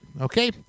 okay